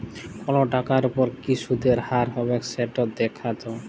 call টাকার উপর কি সুদের হার হবেক সেট দ্যাখাত